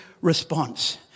response